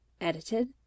Edited